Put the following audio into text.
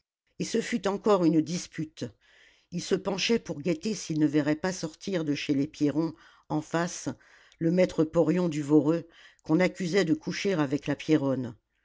et ce fut encore une dispute il se penchait pour guetter s'il ne verrait pas sortir de chez les pierron en face le maître porion du voreux qu'on accusait de coucher avec la pierronne